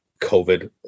COVID